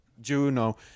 Juno